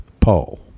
paul